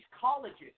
colleges